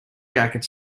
jacket